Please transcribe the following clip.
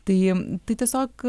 tai tai tiesiog